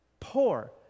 Poor